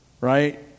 right